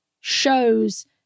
shows